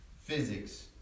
physics